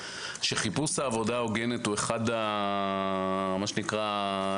הבנו שחיפוש עבודה הוגנת הוא אחת נקודות